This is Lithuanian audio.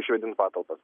išvėdint patalpas